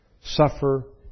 Suffer